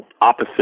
opposite